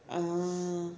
ah